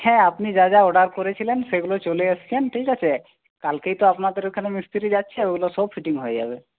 হ্যাঁ আপনি যা যা অর্ডার করেছিলেন সেগুলো চলে এসেছে ঠিক আছে কালকেই তো আপনাদের ওইখানে মিস্ত্রি যাচ্ছে ওইগুলো সব ফিটিং হয়ে যাবে